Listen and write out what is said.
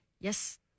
Yes